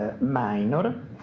minor